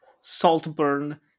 Saltburn